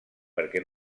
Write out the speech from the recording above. perquè